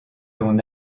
l’on